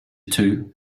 two